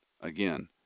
Again